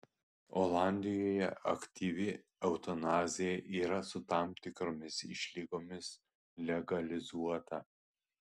olandijoje aktyvi eutanazija yra su tam tikromis išlygomis legalizuota